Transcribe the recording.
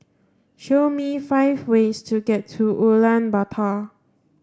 show me five ways to get to Ulaanbaatar